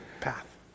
path